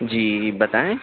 جی بتائیں